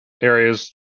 areas